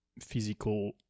physical